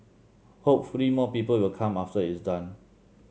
hopefully more people will come after it's done